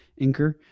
Inker